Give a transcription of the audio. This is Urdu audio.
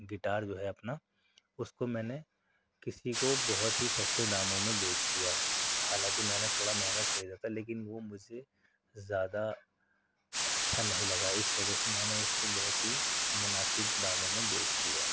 گٹار جو ہے اپنا اُس کو میں نے کسی کو بہت ہی سستے داموں میں بیچ دیا حالاں کہ میں نے تھوڑا مہنگا خریدا تھا لیکن وہ مجھے زیادہ اچھا نہیں لگا اِس وجہ سے میں نے اُس کو بہت ہی مناسب داموں میں بیچ دیا